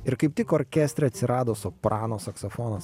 ir kaip tik orkestre atsirado soprano saksofonas